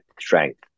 strength